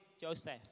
Joseph